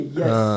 yes